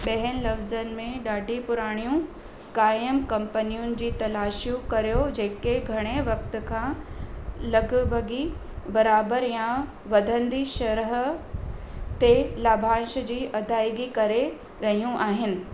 ॿियनि लफ़्ज़नि में ॾाढी पुराणियूं क़ाइमु कंपनियुनि जी तलाशियूं करियो जेको घणे वक़्त खां लॻभॻि बराबरि या वधंदी शरह ते लाभांश जी अदाइगी करे रहियूं आहिनि